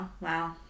wow